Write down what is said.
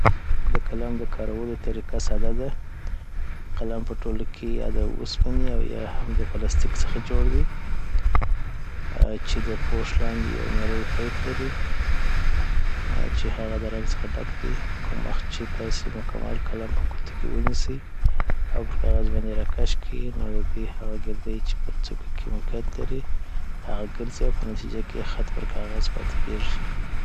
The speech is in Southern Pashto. د قلم د کارولو طریقه ساده ده قلم په ټوله کې یاد اوسپنې اویاهم دپلاستیک څخه جوړ دي چي د پوښ لاندي یوبل نري پیپ لري چي هغه د رنګ څخه ډک دي کوم وخت چی تاسی مکمل قلم په ګوتو کي ونیسي او پرکاغذ باندي راکش کیي نو ددوی هغه ګردی چي په څوک کي موقیعت لري هغه ګرځي .او په نتیجه یی خط پرکاغذ پاته کیږی